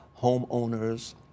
homeowners